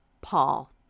Paul